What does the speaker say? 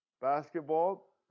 basketball